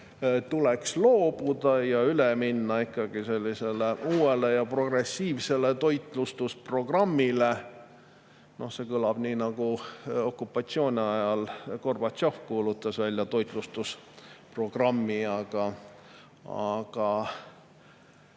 tuleks loobuda ja üle minna ikkagi sellisele uuele ja progressiivsele toitlustusprogrammile. See kõlab nii, nagu oli okupatsiooni ajal, kui Gorbatšov kuulutas välja toitlustusprogrammi, aga